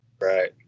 Right